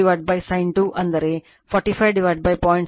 6 75 KVA